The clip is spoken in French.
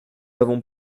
avons